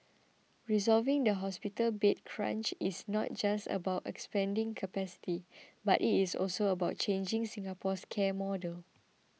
resolving the hospital bed crunch is not just about expanding capacity but it is also about changing Singapore's care model